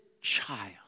child